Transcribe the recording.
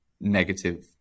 negative